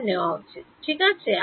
গড় নেওয়া উচিত ঠিক আছে